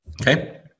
Okay